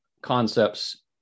concepts